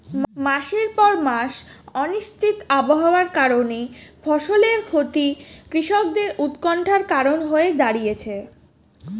মাসের পর মাস অনিশ্চিত আবহাওয়ার কারণে ফসলের ক্ষতি কৃষকদের উৎকন্ঠার কারণ হয়ে দাঁড়িয়েছে